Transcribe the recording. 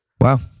Wow